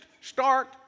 start